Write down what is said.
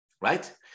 right